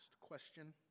question